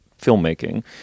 filmmaking